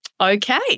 Okay